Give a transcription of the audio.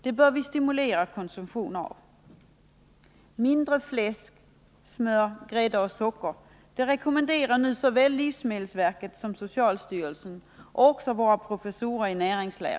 Såväl livsmedelsverket som socialstyrelsen och våra professorer i näringslära rekommenderar minskad konsumtion av fläsk, smör, grädde och socker.